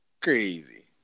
crazy